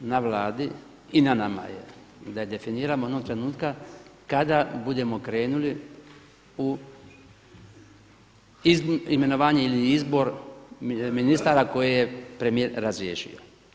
Na Vladi i na nama je da je definiramo onog trenutka kada budemo krenuli u imenovanje ili izbor ministara koje je premijer razriješio.